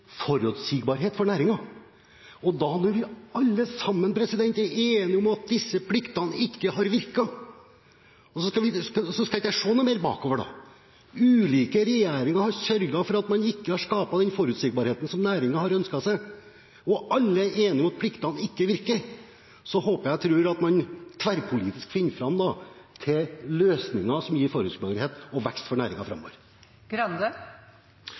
disse pliktene ikke har virket. Så skal jeg ikke se lenger bakover. Ulike regjeringer har sørget for at man ikke har skapt den forutsigbarheten som næringen har ønsket seg, og alle er enige om at pliktene ikke virker. Jeg håper og tror at man tverrpolitisk finner fram til løsninger som gir forutsigbarhet og vekst for næringen framover.